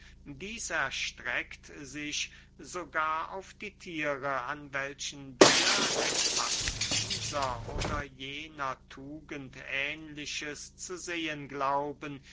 dieß erstreckt sich sogar auf die thiere an welchen wir etwas dieser oder jener tugend ähnliches zu sehen glauben